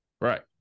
Right